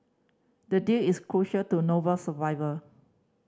the deal is crucial to Noble survivor